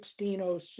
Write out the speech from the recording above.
1606